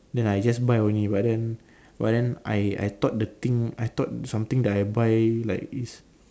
then I just buy only but then but then I I thought the thing I thought something that I buy like is